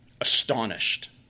astonished